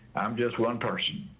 i'm just one person.